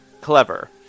clever